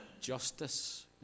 justice